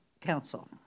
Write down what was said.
council